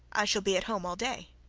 i shall be at home all day.